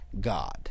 God